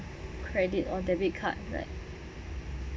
credit or debit card